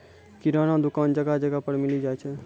किराना दुकान जगह जगह पर मिली जाय छै